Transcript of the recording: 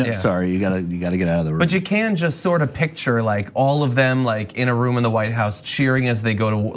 ah sorry, you got ah you got to get out of the red. but you can just sort of picture like all of them like in a room in the white house cheering as they go to,